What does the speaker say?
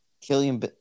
Killian